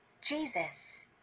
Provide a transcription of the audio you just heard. Jesus